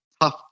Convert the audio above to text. tough